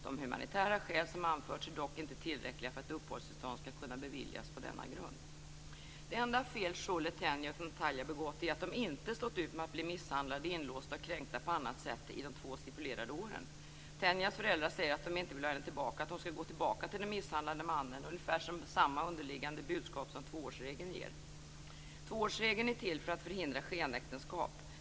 De humanitära skäl som anförts är dock inte tillräckliga för att uppehållstillstånd skall kunna beviljas på denna grund." Det enda fel som Sholeh, Tenya och Natalja begått är att de inte har stått ut med att bli misshandlade, inlåsta och kränkta på annat sätt under de två stipulerade åren. Tenyas föräldrar säger att de inte vill ha henne tillbaka och att hon skall gå tillbaka till den misshandlande mannen, ungefär samma underliggande budskap som tvåårsregeln ger. Tvåårsregeln är till för att förhindra skenäktenskap.